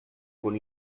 con